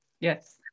Yes